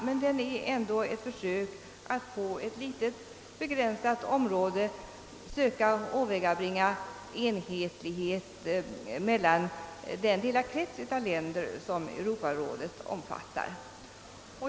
Men den är ändå ett försök att på ett begränsat område åvägabringa enhetlighet inom den lilla krets av länder som Europarådet omfattar.